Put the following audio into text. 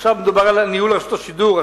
עכשיו מדובר על ניהול רשות השידור,